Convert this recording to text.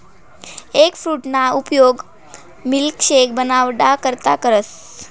एगफ्रूटना उपयोग मिल्कशेक बनाडाना करता करतस